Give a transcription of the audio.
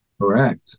Correct